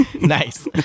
nice